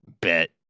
Bet